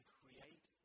create